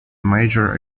major